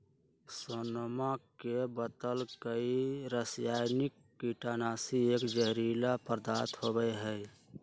सोहनवा ने बतल कई की रसायनिक कीटनाशी एक जहरीला पदार्थ होबा हई